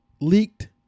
leaked